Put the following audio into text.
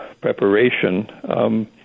preparation